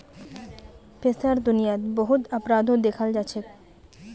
पैसार दुनियात बहुत अपराधो दखाल जाछेक